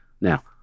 now